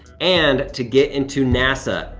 and to get into nasa.